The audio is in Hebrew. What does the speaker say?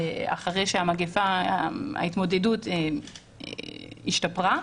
אחרי שההתמודדות השתפרה.